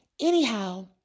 anyhow